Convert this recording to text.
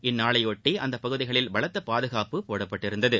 அந்நாளையொளட்டி அந்த பகுதிகளில் பலத்த பாதுகாப்பு போடப்பட்டிருந்தது